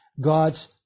God's